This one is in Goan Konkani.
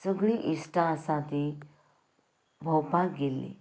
सगळीं इश्टां आसा तीं भोंवपाक गेल्लीं